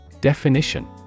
Definition